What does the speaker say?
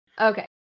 Okay